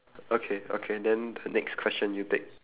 okay okay then the next question you take